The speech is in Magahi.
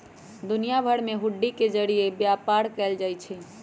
दुनिया भर में हुंडी के जरिये व्यापार कएल जाई छई